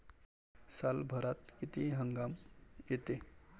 सालभरात किती हंगाम येते?